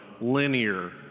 linear